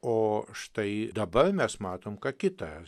o štai dabar mes matom ką kitą